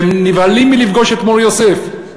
אתם נבהלים מלפגוש את מור-יוסף, למה?